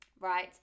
Right